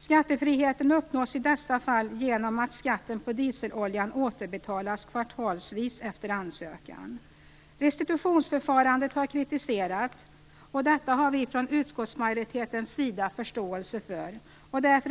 Skattefriheten uppnås i dessa fall genom att skatten på dieseloljan återbetalas kvartalsvis efter ansökan. Restitutionsförfarandet har kritiserats, och detta har vi från utskottsmajoritetens sida förståelse för. Därför